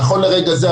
נכון לרגע זה,